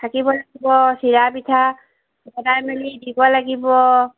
থাকিব লাগিব চিৰা পিঠা ভগাই মেলি দিব লাগিব